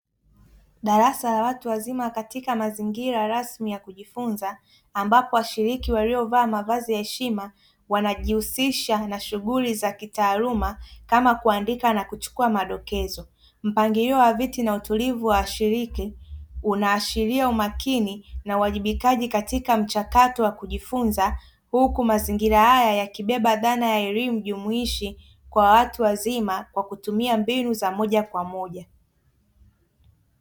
Darasa la watu wazima katika mazingira rasmi ya kujifunza ambapo washiriki waliovaa mavazi ya heshima wanajihusisha na shughuli za kitaaluma kama kuandika na kuchukua madokezo. Mpangilio wa viti na utulivu wa washiriki unaashiri umakini na uwajibikaji katika mchakato wa kujifunza huku mazingira haya yakibeba dhana ya elimu jumuishi kwa watu wazima kwa kutumia mbinu za moja kwa moja.